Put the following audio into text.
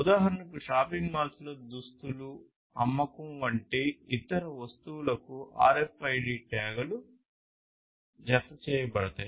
ఉదాహరణకు షాపింగ్ మాల్స్లో దుస్తులు అమ్మకం వంటి ఇతర వస్తువులకు RFID ట్యాగ్లు జతచేయబడతాయి